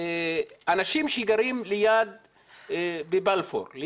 אנשים שגרים בבלפור,